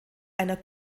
einer